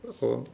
oh